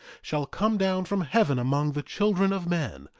shall come down from heaven among the children of men,